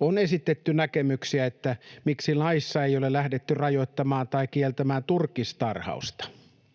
on esitetty näkemyksiä, että miksi laissa ei ole lähdetty rajoittamaan tai kieltämään turkistarhausta.